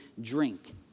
drink